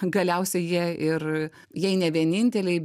galiausiai jie ir jei ne vieninteliai